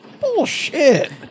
Bullshit